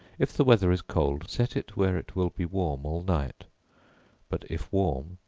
if the weather is cold, set it where it will be warm all night but, if warm,